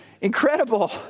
Incredible